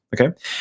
okay